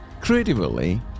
creatively